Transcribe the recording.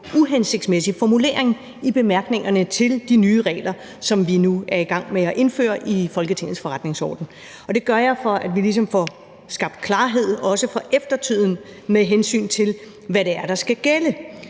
uhensigtsmæssig formulering i bemærkningerne til de nye regler, som vi nu er i gang med at indføre i Folketingets forretningsorden, og det gør jeg, for at vi ligesom får skabt klarhed, også for eftertiden, med hensyn til hvad det er, der skal gælde.